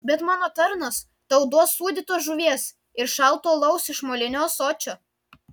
bet mano tarnas tau duos sūdytos žuvies ir šalto alaus iš molinio ąsočio